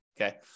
Okay